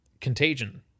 Contagion